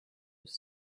was